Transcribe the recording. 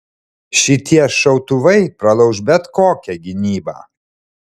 šitie šautuvai pralauš bet kokią gynybą